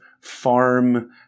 farm